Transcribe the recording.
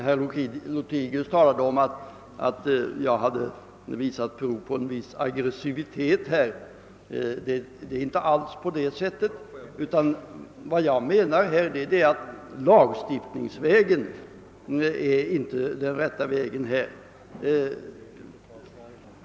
Herr Lothigius sade att jag visade prov på aggressivitet. Så förhåller det sig inte alls, men jag menar att det inte är rätt väg att tillgripa lagstiftning.